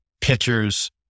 pitchers